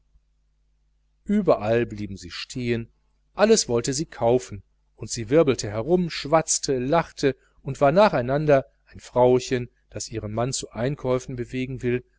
überall blieb sie stehen alles wollte sie kaufen und sie wirbelte herum schwatzte lachte und war nacheinander ein frauchen das ihren mann zu einkäufen bewegen will